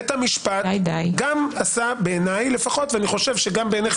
בית המשפט גם עשה לפחות בעיניי ואני חושב שגם בעיניך,